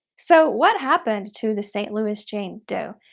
so what happened to the st. louis jane doe?